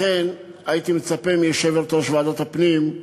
לכן הייתי מצפה מיושבת-ראש ועדת הפנים: